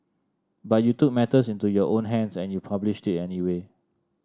but you took matters into your own hands and you published it anyway